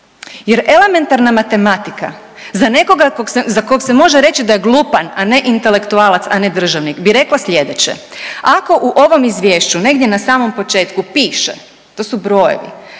Jer elementarna matematika za nekoga za kog se može reći da je glupan, a ne intelektualac, a ne državnik, bi rekla slijedeće, ako u ovom izvješću negdje na samom početku piše, to su brojevi,